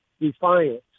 defiance